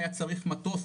היה צריך מטוס,